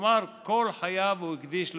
כלומר כל חייו הוא הקדיש לציבור.